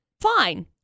Fine